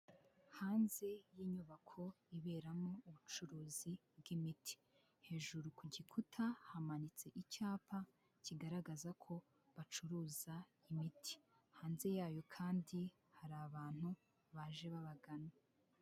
Hanze y'inyubako iberamo ubucuruzi bw'imiti, hejuru ku gikuta hamanitse icyapa kigaragaza ko bacuruza imiti, hanze yayo kandi hari abantu baje babagana.